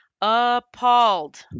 Appalled